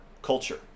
culture